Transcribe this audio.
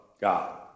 God